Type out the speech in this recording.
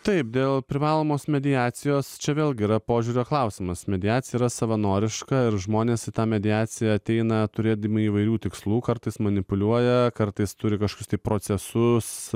taip dėl privalomos mediacijos čia vėlgi yra požiūrio klausimas mediacija yra savanoriška ir žmonės į tą mediaciją ateina turėdami įvairių tikslų kartais manipuliuoja kartais turi kažkas tai procesus